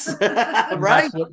right